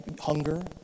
hunger